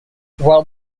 while